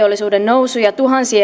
uusia